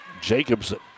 Jacobson